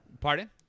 Pardon